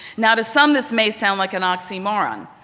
now to some, this may sound like an oxymoron.